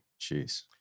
Jeez